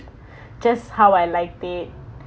just how I like it